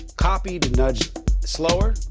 copy to nudge slower